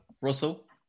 Russell